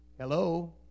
Hello